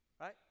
right